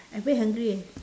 I very hungry leh